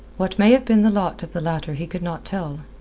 what may have been the lot of the latter he could not tell,